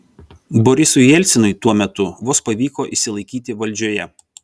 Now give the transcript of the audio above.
borisui jelcinui tuo metu vos pavyko išsilaikyti valdžioje